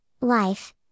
life